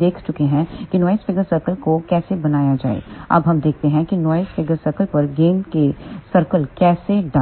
देख चुके हैं कि नॉइस फिगर सर्कल्स को कैसे बनाया जाए अब हम देखते हैं कि हम नॉइस फिगर सर्कल पर गेन के सर्कल कैसे डालें